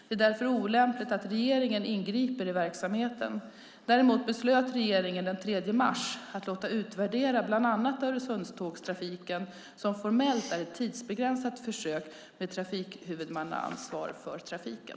Det är därför olämpligt att regeringen ingriper i verksamheten. Däremot beslöt regeringen den 3 mars att låta utvärdera bland annat. Öresundstågstrafiken, som formellt är ett tidsbegränsat försök med trafikhuvudmannaansvar för trafiken.